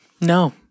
no